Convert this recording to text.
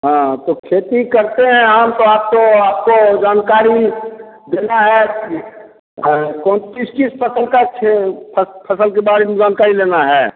हाँ तो खेती करते हैं हम तो आप तो आपको जानकारी देना है कौन किस किस फसल का खे फस फसल के बारे में जानकारी लेना है